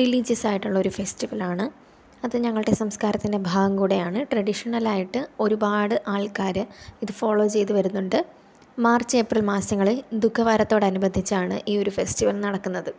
റിലീജിയസായിട്ടുള്ളൊരു ഫെസ്റ്റിവലാണ് അതു ഞങ്ങളുടെ സംസ്കാരത്തിന്റെ ഭാഗം കൂടെയാണ് ട്രഡീഷണലായിട്ട് ഒരുപാട് ആള്ക്കാർ ഇത് ഫോളോ ചെയ്തു വരുന്നുണ്ട് മാര്ച്ച് ഏപ്രില് മാസങ്ങളില് ദുഃഖവാരത്തോട് അനുബന്ധിച്ചാണ് ഈ ഒരു ഫെസ്റ്റിവല് നടക്കുന്നത്